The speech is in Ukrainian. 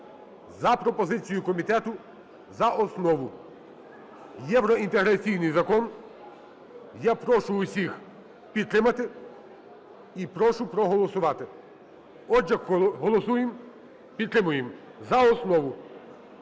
за пропозицією комітету за основу. Євроінтеграційний закон. Я прошу всіх підтримати і прошу проголосувати. Отже, голосуємо, підтримуємо за основу.